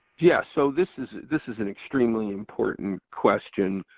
yeah, so this is this is an extremely important question.